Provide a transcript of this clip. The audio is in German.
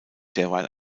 derweil